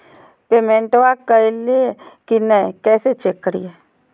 पेमेंटबा कलिए की नय, कैसे चेक करिए?